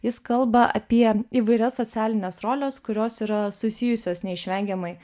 jis kalba apie įvairias socialines roles kurios yra susijusios neišvengiamai